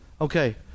okay